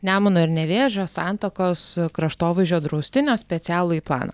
nemuno ir nevėžio santakos kraštovaizdžio draustinio specialųjį planą